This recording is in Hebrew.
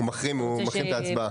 הוא מחרים את ההצבעה.